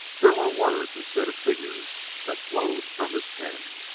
there were words instead of figures that flowed from his pen.